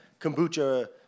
kombucha